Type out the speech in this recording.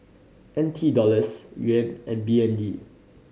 N T Dollars Yuan and B N D